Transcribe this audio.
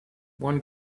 one